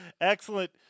excellent